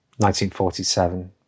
1947